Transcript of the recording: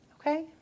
Okay